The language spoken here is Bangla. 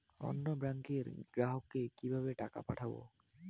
অন্য ব্যাংকের গ্রাহককে কিভাবে টাকা পাঠাবো?